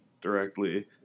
directly